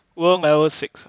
world level six